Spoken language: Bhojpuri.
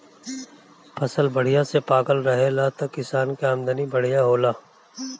फसल बढ़िया से पाकल रहेला त किसान के आमदनी बढ़िया होला